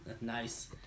Nice